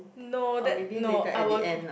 no that no I would